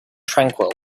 tranquil